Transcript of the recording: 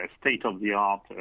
state-of-the-art